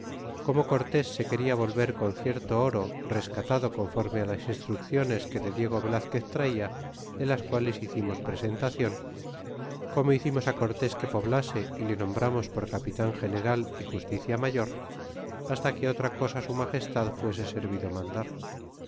como cortes se quena volver con cierto oro rescatado conforme las instrucciones que de diego velazquez traia de las quales hicimos presentacion como hicimos cortes que poblase y le nombrarnos por capitan general y justicia mayor hasta que otra cosa su magestad fuese servido mandar